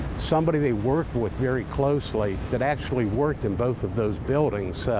somebody they worked with very closely that actually worked in both of those buildings.